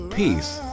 peace